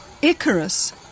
Icarus